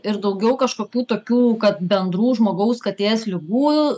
ir daugiau kažkokių tokių kad bendrų žmogaus katės ligų